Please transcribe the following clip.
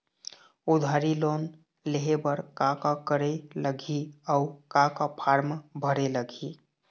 उधारी लोन लेहे बर का का करे लगही अऊ का का फार्म भरे लगही?